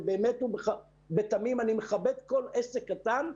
ובאמת ובתמים אני מכבד כל עסק קטן,